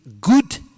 good